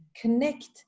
connect